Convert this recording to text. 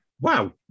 wow